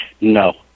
No